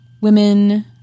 women